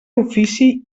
ofici